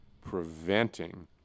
preventing